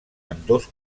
ambdós